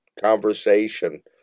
conversation